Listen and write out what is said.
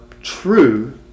true